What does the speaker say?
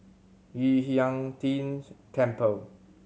Yu Huang Tian's Temple